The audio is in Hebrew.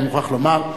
אני מוכרח לומר.